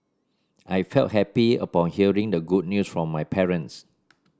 I felt happy upon hearing the good news from my parents